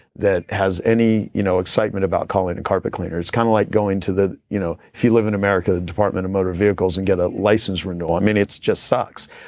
that has any you know excitement about calling in carpet cleaner. it's kind of like going to the. you know if you live in america, department of motor vehicles and get a license renewal. um it's just sucks.